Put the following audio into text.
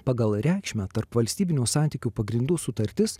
pagal reikšmę tarpvalstybinių santykių pagrindų sutartis